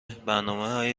برنامههای